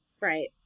Right